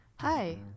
Hi